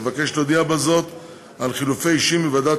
אבקש להודיע בזאת על חילופי אישים בוועדת